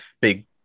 big